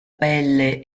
pelle